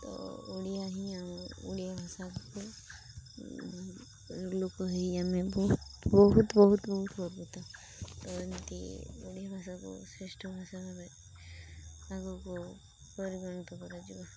ତ ଓଡ଼ିଆ ହିଁ ଓଡ଼ିଆ ଭାଷାକୁ ଲୋକ ହୋଇ ଆମେ ବହୁତ ବହୁତ ବହୁତ ବହୁତ ଗର୍ବିତ ତ ଏମତି ଓଡ଼ିଆ ଭାଷାକୁ ଶ୍ରେଷ୍ଠ ଭାଷା ଭାବେ ଆଗକୁ ପରିଗଣିତ କରାଯିବ